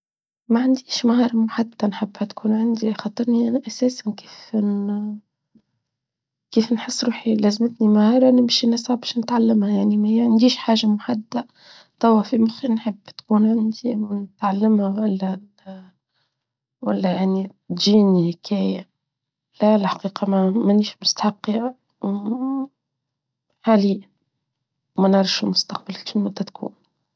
ما عنديش مهارة محددة نحبها تكون عندي خطرني أنا أساساً كيف نحس روحي لازمتني مهارة نمشي نسعى باش نتعلمها يعني ما يعني إيش حاجة محددة طوى في مخي نحب تكون عندي ونتعلمها ولا يعني جيني هكاية لا الحقيقة ما منيش مستحقها حالياً وما نعرف شو المستقبل شو متتكون.